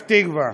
בפתח-תקווה,